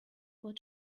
what